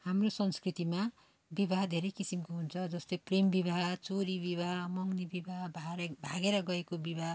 हाम्रो संस्कृतिमा विवाह धेरै किसिमको हुन्छ जस्तै प्रेम विवाह चोरी विवाह मगनी विवाह भारे भागेर गएको विवाह